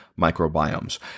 microbiomes